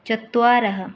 चत्वारः